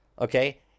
okay